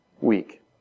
weak